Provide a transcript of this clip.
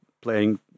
playing